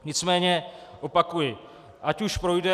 Nicméně opakuji, ať už projde.